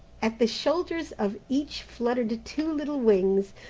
at the shoulders of each fluttered two little wings,